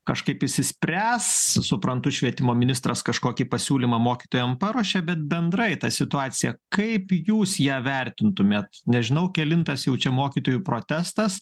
kažkaip išsispręs suprantu švietimo ministras kažkokį pasiūlymą mokytojam paruošė bet bendrai ta situacija kaip jūs ją vertintumėt nežinau kelintas jau čia mokytojų protestas